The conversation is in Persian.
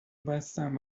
بستم